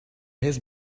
his